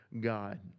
God